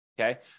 okay